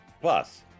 Plus